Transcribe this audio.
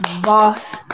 Boss